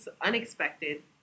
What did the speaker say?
unexpected